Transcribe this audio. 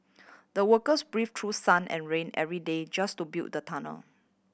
the workers braved through sun and rain every day just to build the tunnel